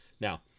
Now